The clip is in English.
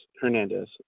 Hernandez